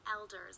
elders